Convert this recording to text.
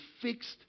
fixed